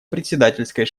председательской